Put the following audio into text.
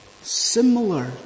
similar